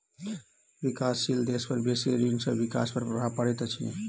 विकासशील देश पर बेसी ऋण सॅ विकास पर प्रभाव पड़ैत अछि